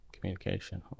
Communication